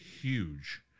huge